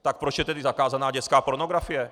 Tak proč je tedy zakázána dětská pornografie?